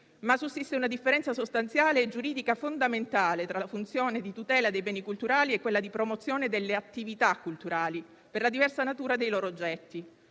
Sussiste, però, una differenza sostanziale e giuridica fondamentale tra la funzione di tutela dei beni culturali e quella di promozione delle attività culturali, per la diversa natura dei loro oggetti.